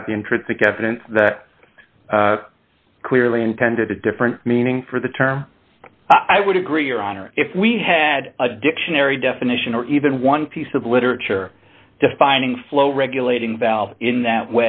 inside the intrinsic evidence that clearly intended a different meaning for the term i would agree your honor if we had a dictionary definition or even one piece of literature defining flow regulating valve in that